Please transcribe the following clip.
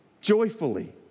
joyfully